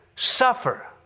suffer